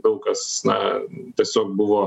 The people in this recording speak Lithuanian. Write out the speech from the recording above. daug kas na tiesiog buvo